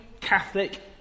Catholic